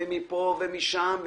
ומפה ומשם,